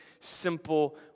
simple